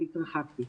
אני התרחקתי.